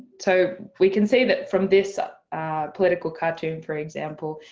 so we can see that from this ah political cartoon for example,